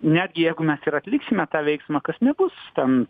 netgi jeigu mes ir atliksime tą veiksmą kas nebus ten